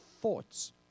thoughts